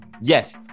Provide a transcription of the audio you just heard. Yes